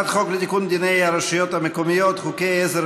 לתיקון דיני הרשויות המקומיות (חוקי עזר